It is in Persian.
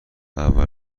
اول